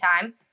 time